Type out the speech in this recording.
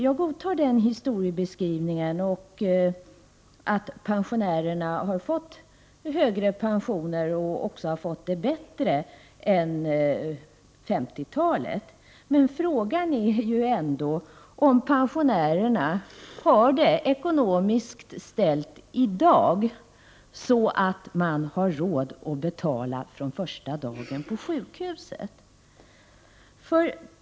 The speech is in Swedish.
Jag godtar den historiebeskrivningen att pensionärerna har fått högre pensioner och även att de har fått det bättre än på 50-talet. Men frågan är ju ändå om pensionärerna i dag ekonomiskt har det så ställt att de har råd att betala för sig från första dagen på sjukhuset.